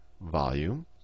volume